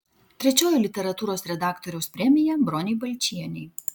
trečioji literatūros redaktoriaus premija bronei balčienei